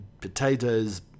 potatoes